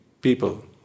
people